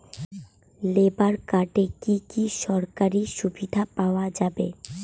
Labour কার্ডে কি কি সরকারি সুবিধা পাওয়া যাবে?